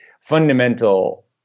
fundamental